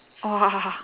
!wah!